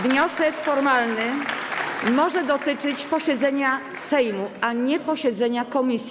Wniosek formalny może dotyczyć posiedzenia Sejmu, a nie posiedzenia komisji.